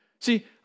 See